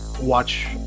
watch